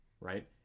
right